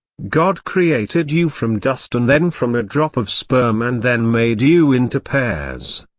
god created you from dust and then from a drop of sperm and then made you into pairs.